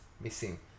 missing